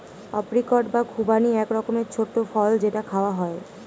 apricot বা খুবানি এক রকমের ছোট্ট ফল যেটা খাওয়া হয়